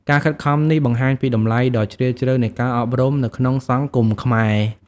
ការខិតខំនេះបង្ហាញពីតម្លៃដ៏ជ្រាលជ្រៅនៃការអប់រំនៅក្នុងសង្គមខ្មែរ។